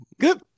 Good